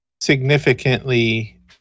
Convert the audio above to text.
significantly